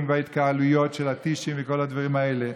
וההתקהלויות של הטישים וכל הדברים האלה.